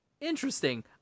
interesting